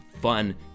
fun